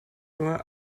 nur